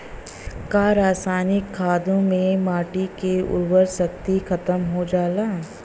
का रसायनिक खादों से माटी क उर्वरा शक्ति खतम हो जाला?